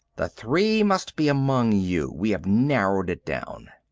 the three must be among you. we have narrowed it down.